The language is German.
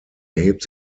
erhebt